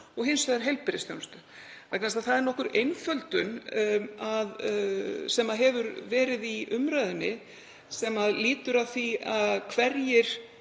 og hins vegar heilbrigðisþjónustu. Það er nokkur einföldun sem hefur verið í umræðunni sem lýtur að því hverjir